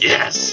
Yes